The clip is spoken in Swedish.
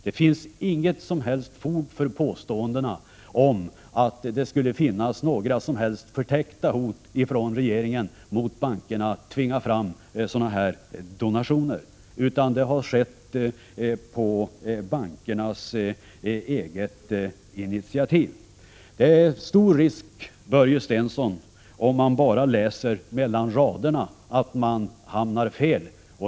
Det finns inget som helst fog för påståendena om att det skulle finnas förtäckta hot från regeringen mot bankerna för att tvinga fram donationer. Donationerna har skett på bankernas eget initiativ. Det är stor risk, Börje Stensson, om man bara läser mellan raderna, att man hamnar fel.